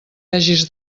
hagis